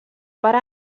pare